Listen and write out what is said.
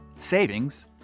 savings